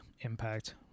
Impact